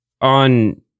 on